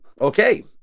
okay